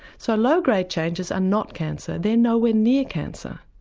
so low grade changes are not cancer, they're nowhere near cancer.